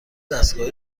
دستگاه